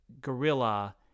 gorilla